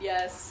Yes